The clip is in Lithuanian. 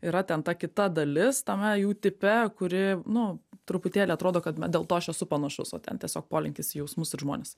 yra ten ta kita dalis tame jų tipe kuri nu truputėlį atrodo kad na dėl to aš esu panašus o ten tiesiog polinkis į jausmus ir žmones